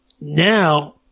Now